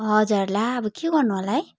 हजुर ला अब के गर्नु होला है